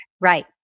Right